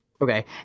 Okay